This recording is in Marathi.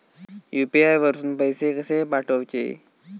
यू.पी.आय वरसून पैसे कसे पाठवचे?